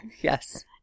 yes